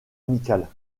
amicales